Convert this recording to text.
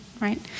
right